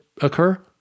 occur